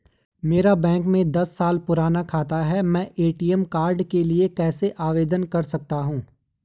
मेरा बैंक में दस साल पुराना खाता है मैं ए.टी.एम कार्ड के लिए कैसे आवेदन कर सकता हूँ?